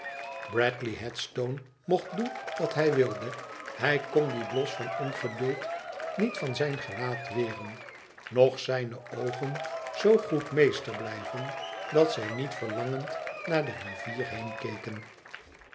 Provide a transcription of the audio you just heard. bradley headstone mocht doen wat hij wilde hij kon dien blos van ongeduld niet van zijn gelaat weren noch zijne oogen zoo goed meester blijven dat zij niet verlangend naar de rivier